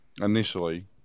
initially